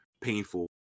Painful